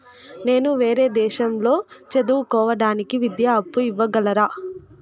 నేను వేరే దేశాల్లో చదువు కోవడానికి విద్యా అప్పు ఇవ్వగలరా?